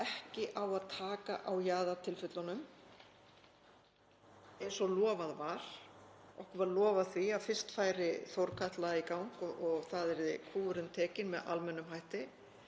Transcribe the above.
ekki á að taka á jaðartilfellunum eins og lofað var — okkur var lofað því að fyrst færi Þórkatla í gang og þar yrði kúfurinn tekinn með almennum hætti